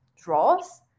draws